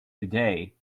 today